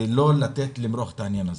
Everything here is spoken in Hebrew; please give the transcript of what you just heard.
ולא לתת למרוח את העניין.